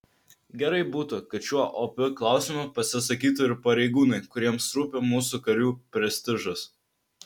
gerai būtų kad šiuo opiu klausimu pasisakytų ir pareigūnai kuriems rūpi mūsų karių prestižas